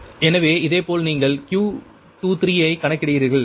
எனவே இதேபோல் நீங்கள் Q23 ஐ கணக்கிடுகிறீர்கள்